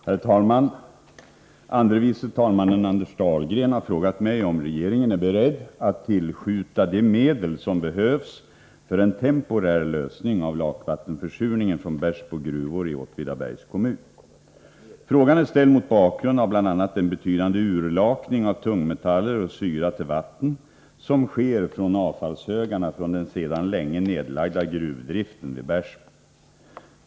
Herr talman! Andre vice talman Anders Dahlgren har frågat mig om regeringen är beredd att tillskjuta de medel som behövs för en temporär lösning av lakvattenförsurningen från Bersbo gruvor i Åtvidabergs kommun. Frågan är ställd mot bakgrund av bl.a. den betydande urlakning av tungmetaller och syra till vatten som sker från avfallshögarna från den sedan länge nedlagda gruvdriften vid Bersbo.